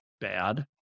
bad